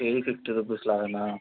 KG fifty rupees లాగానా